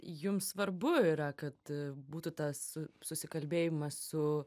jums svarbu yra kad būtų tas susikalbėjimas su